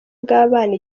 bw’abana